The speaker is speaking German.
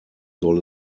soll